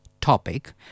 topic